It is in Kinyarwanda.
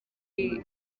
iki